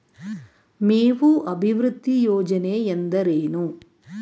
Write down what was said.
ಮೇವು ಅಭಿವೃದ್ಧಿ ಯೋಜನೆ ಎಂದರೇನು?